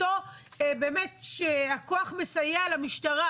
אותו פקח שמסייע למשטרה,